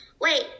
Wait